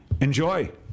Enjoy